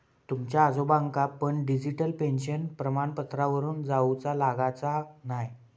तुमच्या आजोबांका पण डिजिटल पेन्शन प्रमाणपत्रावरून जाउचा लागाचा न्हाय